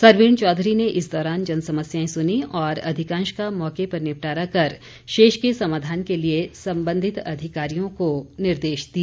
सरवीण चौधरी ने इस दौरान जनसमस्याएं सुनीं और अधिकांश का मौके पर निपटारा कर शेष के समाधान के लिए संबंधित अधिकारियों को निर्देश दिए